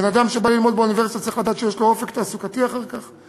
בן-אדם שבא ללמוד באוניברסיטה צריך לדעת שיש לו אופק תעסוקתי אחר כך,